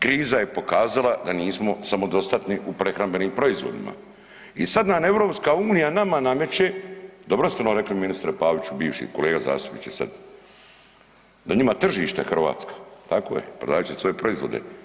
Kriza je pokazala da nismo samodostatni u prehrambenim proizvodima i sad nam EU nama nameće, dobro ste rekli ministre Paviću, bivši, kolega zastupniče sad, da je njima tržište Hrvatska, tako je, prodavat će svoje proizvode.